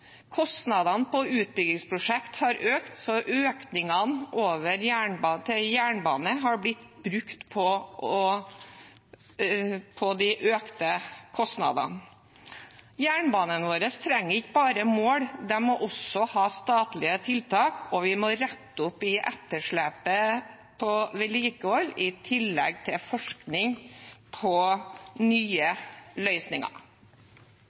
Kostnadene i utbyggingsprosjekt har økt, så økningene til jernbane har blitt brukt på de økte kostnadene. Jernbanen vår trenger ikke bare mål, den må også ha statlige tiltak. Vi må også rette opp i etterslepet på vedlikehold i tillegg til å forske på nye løsninger.